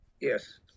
Yes